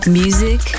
music